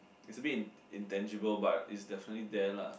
is a bit in~ intangible but is definitely there lah